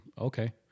okay